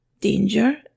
danger